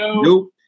nope